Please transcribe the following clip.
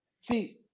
See